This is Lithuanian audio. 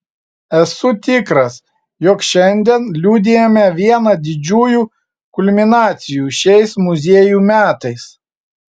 esu tikras jog šiandien liudijame vieną didžiųjų kulminacijų šiais muziejų metais